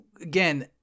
again